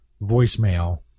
voicemail